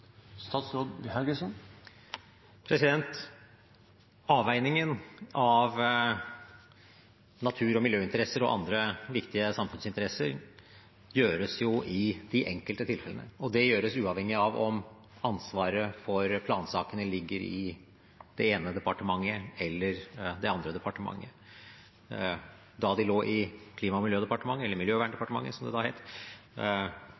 Avveiningen mellom natur- og miljøinteresser og andre viktige samfunnsinteresser gjøres i de enkelte tilfellene. Det gjøres uavhengig av om ansvaret for plansakene ligger i det ene departementet eller det andre departementet. Da de lå i Klima- og miljødepartementet – eller